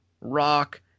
Rock